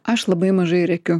aš labai mažai rėkiu